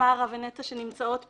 לתמרה ונטע שנמצאות פה,